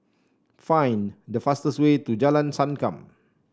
find the fastest way to Jalan Sankam